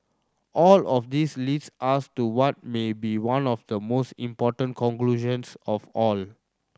all of this leads us to what may be one of the most important conclusions of all